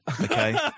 okay